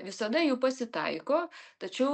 visada jų pasitaiko tačiau